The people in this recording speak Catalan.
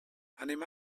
anem